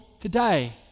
today